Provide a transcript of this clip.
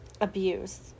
abuse